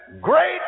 Great